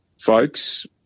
Folks